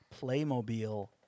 Playmobil